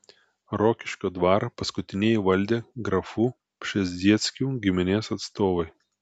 rokiškio dvarą paskutinieji valdė grafų pšezdzieckių giminės atstovai